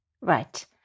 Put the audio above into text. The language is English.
Right